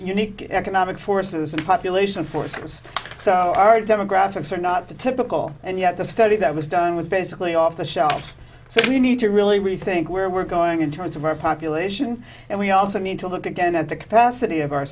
unique economic forces and population forces so our demographics are not the typical and yet the study that was done was basically off the shelf so we need to really rethink where we're going in terms of our population and we also need to look again at the capacity of our